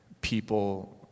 people